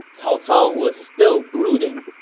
cao cao was still brooding,